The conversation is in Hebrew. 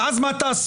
ואז מה תעשו?